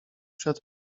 przed